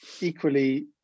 equally